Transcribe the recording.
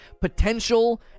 potential